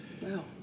Wow